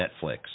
Netflix